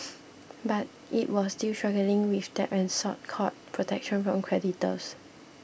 but it was still struggling with debt and sought court protection from creditors